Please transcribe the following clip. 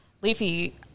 Leafy